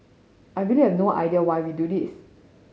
I really have no idea why we do this